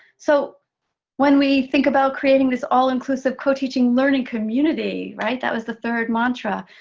so when we think about creating this all-inclusive co-teaching learning community, right? that was the third mantra.